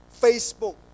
Facebook